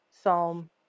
Psalm